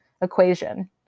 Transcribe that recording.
equation